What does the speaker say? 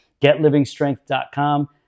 GetLivingStrength.com